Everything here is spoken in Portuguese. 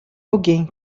alguém